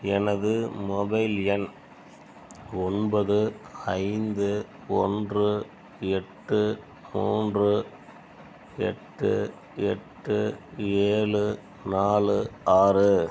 எனது மொபைல் எண் ஒன்பது ஐந்து ஒன்று எட்டு மூன்று எட்டு எட்டு ஏழு நாலு ஆறு